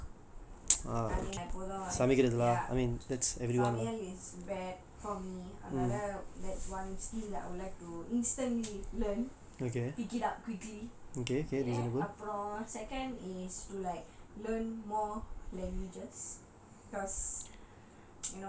I mean அதெல்லா:athella ya சமையல்:samaiyal is bad for me another that's one skill that I would like to instantly learn pick it up quickly okay அப்புறம்:apuram second is to like learn more languages